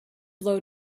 blow